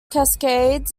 cascades